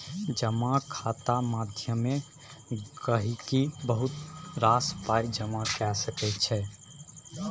जमा खाता माध्यमे गहिंकी बहुत रास पाइ जमा कए सकै छै